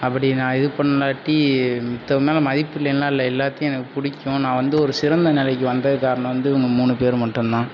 அப்படி நான் இது பண்ணாட்டி மித்தவ மேல் மதிப்பு இல்லேன்லாம் இல்லை எல்லாத்தேயும் எனக்கு பிடிக்கும் நான் வந்து ஒரு சிறந்த நிலைக்கி வந்ததுக்கு காரணம் வந்து இவங்க மூணு பேரு மட்டும் தான்